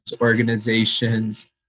organizations